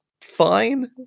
fine